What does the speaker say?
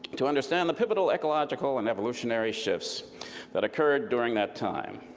to understand the pivotal ecological and evolutionary shifts that occurred during that time.